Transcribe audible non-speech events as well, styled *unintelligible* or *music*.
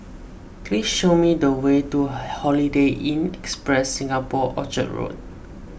please show me the way to *unintelligible* Holiday Inn Express Singapore Orchard Road